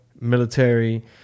military